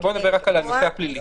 בוא נדבר רק על הנושא הפלילי.